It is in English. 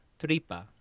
tripa